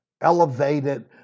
elevated